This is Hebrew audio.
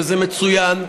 וזה מצוין,